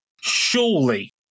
surely